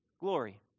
glory